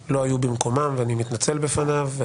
לא עובדים ברשות השופטת ואתם לא מצליחים להפנים את הבעיה.